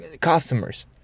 customers